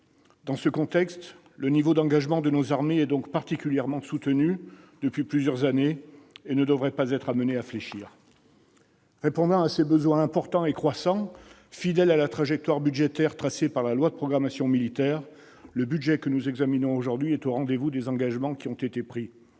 Dans ce contexte, le niveau d'engagement de nos armées est particulièrement soutenu depuis plusieurs années et ne devrait pas être amené à fléchir. Répondant à ces besoins importants et croissants, fidèle à la trajectoire budgétaire tracée par la loi de programmation militaire, le budget que nous examinons aujourd'hui est au rendez-vous des engagements qui ont été pris,